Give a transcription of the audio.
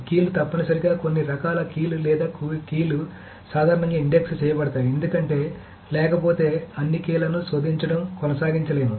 కీలు తప్పనిసరిగా కొన్ని రకాల కీలు లేదా కీలు సాధారణంగా ఇండెక్స్ చేయబడతాయి ఎందుకంటే లేకపోతే అన్ని కీలను శోధించడం కొనసాగించలేము